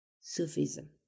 Sufism